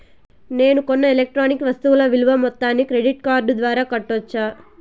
నేను కొన్న ఎలక్ట్రానిక్ వస్తువుల విలువ మొత్తాన్ని క్రెడిట్ కార్డు ద్వారా కట్టొచ్చా?